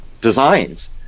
designs